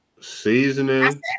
seasoning